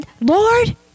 Lord